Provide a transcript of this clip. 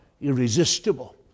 irresistible